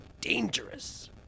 dangerous